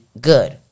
good